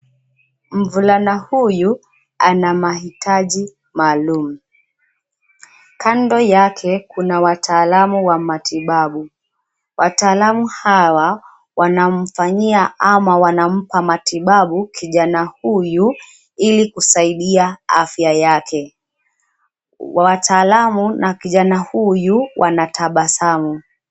Mvulana huyu ana mahitaji maalum. Kando yake kuna wataalamu wa matibabu. Wataalamu hawa wanamfanyia ama wanampa matibabu kijana huyu ili kusaidia afya yake. Wataalamu na kijana huyu wanatabasamu.